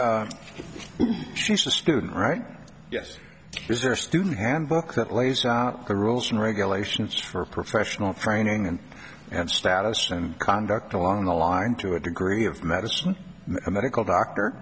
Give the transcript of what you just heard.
that's she's a student right yes it is their student handbook that lays out the rules and regulations for professional training and and status and conduct along the line to a degree of medicine a medical doctor